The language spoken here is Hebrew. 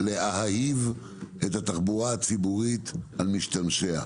להאהיב את התחבורה הציבורית על משתמשיה.